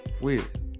weird